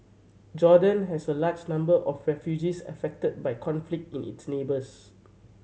Jordan has a large number of refugees affected by conflict in its neighbours